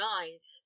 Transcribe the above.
eyes